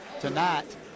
tonight